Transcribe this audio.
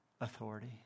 authority